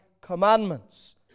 commandments